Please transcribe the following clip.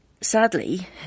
sadly